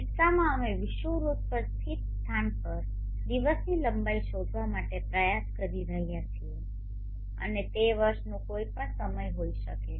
કિસ્સામાં અમે વિષુવવૃત્ત પર સ્થિત સ્થાન પર દિવસની લંબાઈ શોધવા માટે પ્રયાસ કરી રહ્યા છીએ અને તે વર્ષનો કોઈપણ સમય હોઈ શકે છે